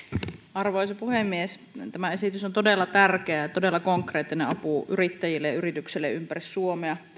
arvoisa puhemies tämä esitys on todella tärkeä ja todella konkreettinen apu yrittäjille ja yrityksille ympäri suomea